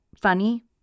funny